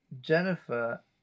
Jennifer